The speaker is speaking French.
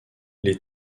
les